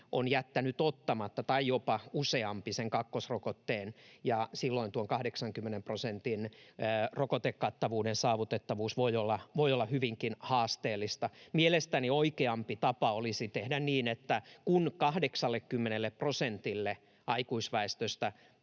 on jättänyt ottamatta noin 4 prosenttia tai jopa useampi, ja silloin tuon 80 prosentin rokotekattavuuden saavutettavuus voi olla hyvinkin haasteellista. Mielestäni oikeampi tapa olisi tehdä niin, että kun 80 prosentille aikuisväestöstä